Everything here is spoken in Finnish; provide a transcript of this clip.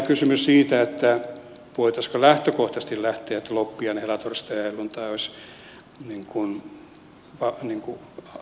kysymys siitä voitaisiinko lähtökohtaisesti lähteä siitä että loppiainen helatorstai ja helluntai olisivat auki olevia päiviä